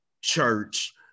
church